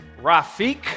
Rafik